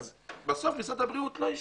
בסוף משרד הבריאות לא אישר.